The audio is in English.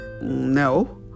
no